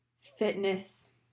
fitness